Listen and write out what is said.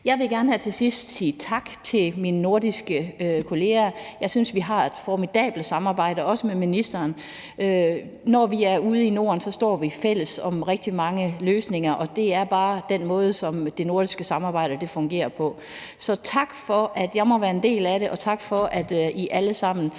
Jeg vil gerne her til sidst sige tak til mine nordiske kollegaer. Jeg synes, vi har et formidabelt samarbejde, også med ministeren. Når vi er ude omkring i Norden, er vi fælles om rigtig mange løsninger, og det er bare den måde, som det nordiske samarbejde fungerer på. Så tak for, at jeg må være en del af det, og tak for, at I alle sammen